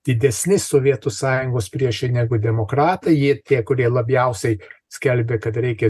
didesni sovietų sąjungos priešai negu demokratai jie tie kurie labiausiai skelbė kad reikia